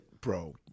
bro